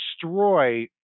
destroy